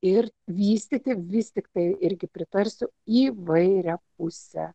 ir vystyti vis tiktai irgi pritarsiu įvairią pusę